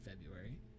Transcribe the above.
February